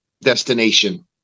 destination